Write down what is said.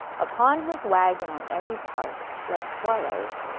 upon his wagon on every part, like swallows,